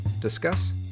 discuss